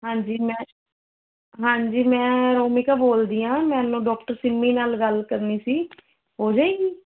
ਹਾਂਜੀ ਮੈਂ ਹਾਂਜੀ ਮੈਂ ਰੋਮੀਕਾ ਬੋਲਦੀ ਹਾਂ ਮੈਨੂੰ ਡਾਕਟਰ ਸਿੰਮੀ ਨਾਲ ਗੱਲ ਕਰਨੀ ਸੀ ਹੋ ਜਾਵੇਗੀ